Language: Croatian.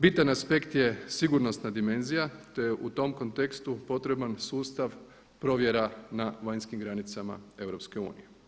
Bitan aspekt je sigurnosna dimenzija te u tom kontekstu potreban sustav provjera na vanjskih granicama EU.